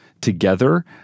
together